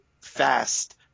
fast